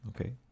okay